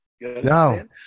No